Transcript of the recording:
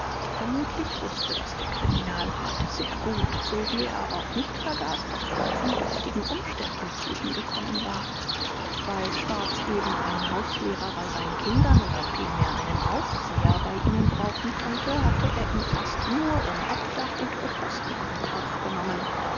vermutlich wußte das der kriminalrat sehr gut so wie er auch nicht vergaß daß frock in dürftigen umständen zu ihm gekommen war weil schwarz eben einen hauslehrer bei seinen kindern oder vielmehr einen aufseher bei ihnen brauchen konnte hatte er ihn fast nur um obdach und beköstigung aufgenommen